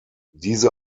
diese